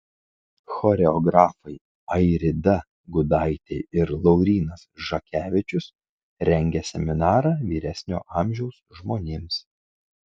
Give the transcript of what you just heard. choreografai airida gudaitė ir laurynas žakevičius rengia seminarą vyresnio amžiaus žmonėms